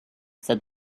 said